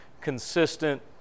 consistent